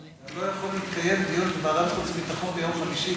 לא יכול להתקיים דיון בוועדת החוץ והביטחון ביום חמישי,